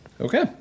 Okay